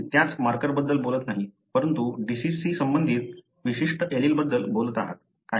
तुम्ही त्याच मार्करबद्दल बोलत नाही परंतु डिसिजशी संबंधित विशिष्ट एलीलबद्दल बोलत आहात